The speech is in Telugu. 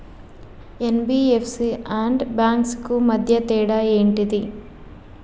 ఎన్.బి.ఎఫ్.సి అండ్ బ్యాంక్స్ కు మధ్య తేడా ఏంటిది?